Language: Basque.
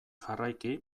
jarraiki